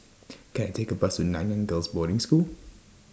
Can I Take A Bus to Nanyang Girls' Boarding School